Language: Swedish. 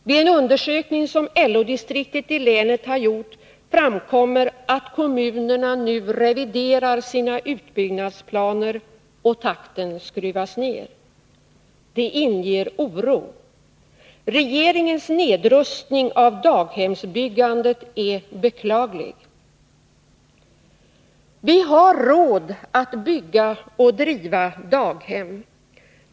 Vid en undersökning som LO-distriktet i länet har gjort framkommer att kommunerna nu reviderar sina utbyggnadsplaner och takten skruvas ner. Det inger oro. Regeringens nedrustning av daghemsbyggandet är beklaglig. Vi har råd att bygga och driva daghem.